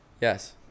Yes